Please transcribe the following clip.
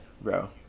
bro